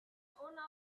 owner